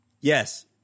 Yes